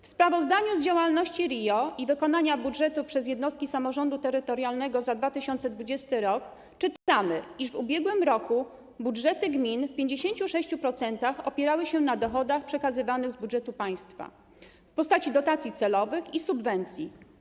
W sprawozdaniu z działalności RIO i wykonania budżetu przez jednostki samorządu terytorialnego za 2020 r. czytamy, iż w ubiegłym roku budżety gmin w 56% opierały się na dochodach przekazywanych z budżetu państwa, w postaci dotacji celowych i subwencji.